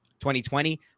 2020